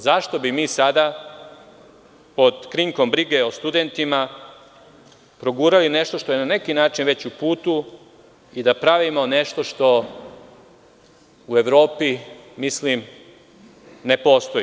Zašto bi mi sada pod krinkom brige o studentima progurali nešto što je na neki način već u putu i da pravimo nešto što u Evropi ne postoji.